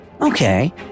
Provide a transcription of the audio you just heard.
Okay